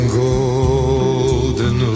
golden